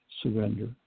surrender